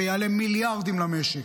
זה יעלה מיליארדים למשק.